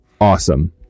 awesome